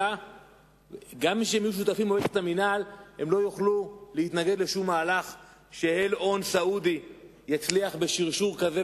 הם לא יוכלו להתנגד לשום מהלך שאיל הון סעודי יצליח בשרשור כזה,